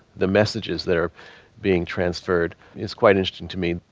the messages that are being transferred is quite interesting to me.